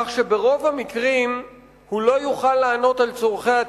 כך שברוב המקרים הוא לא יוכל לענות על צורכי הטיפול.